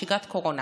שגרת קורונה.